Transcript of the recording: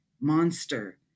monster